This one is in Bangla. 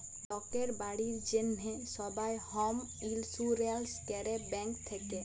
লকের বাড়ির জ্যনহে সবাই হম ইলসুরেলস ক্যরে ব্যাংক থ্যাকে